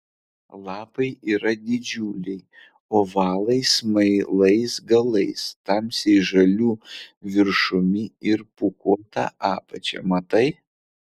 lapai yra didžiuliai ovalai smailais galais tamsiai žaliu viršumi ir pūkuota apačia matai